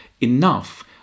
enough